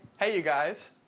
hey, you guys.